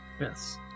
Yes